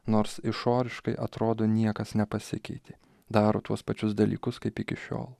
nors išoriškai atrodo niekas nepasikeitė daro tuos pačius dalykus kaip iki šiol